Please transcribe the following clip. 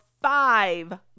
five